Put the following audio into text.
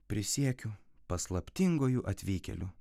prisiekiu paslaptinguoju atvykėliu